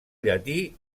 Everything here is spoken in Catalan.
llatí